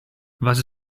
was